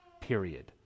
period